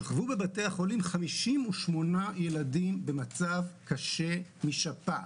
שכבו בבתי החולים 58 ילדים במצב קשה משפעת.